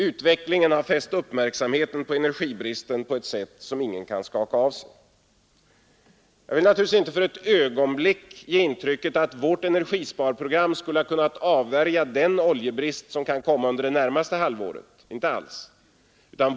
Utvecklingen har fäst uppmärksamheten på energibristen på ett sätt som ingen kan skaka av sig. Jag vill naturligtvis inte för ett ögonblick ge intrycket att vårt energisparprogram skulle ha kunnat avvärja den oljebrist som kan komma under det närmaste halvåret. Inte alls.